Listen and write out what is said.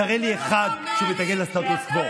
תראה לי אחד שמתנגד לסטטוס קוו.